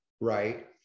Right